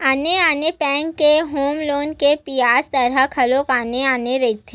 आने आने बेंक के होम लोन के बियाज दर ह घलो आने आने रहिथे